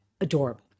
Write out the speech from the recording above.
adorable